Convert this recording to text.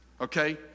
Okay